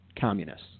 Communists